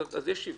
אז יש שוויון.